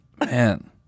Man